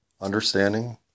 understanding